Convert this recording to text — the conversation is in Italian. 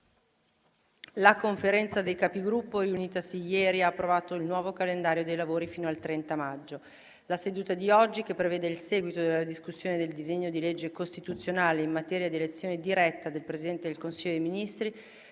La Conferenza dei Capigruppo, riunitasi ieri, ha approvato il nuovo calendario dei lavori fino al 30 maggio. La seduta di oggi, che prevede il seguito della discussione del disegno di legge costituzionale in materia di elezione diretta del Presidente del Consiglio dei ministri,